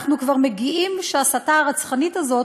אנחנו כבר מגיעים לזה שההסתה הרצחנית הזאת